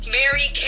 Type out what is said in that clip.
Mary